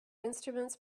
instruments